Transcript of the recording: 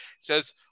says